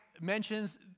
mentions